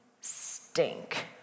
stink